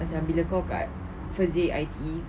macam bila kau kat first day I_T_E